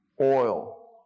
oil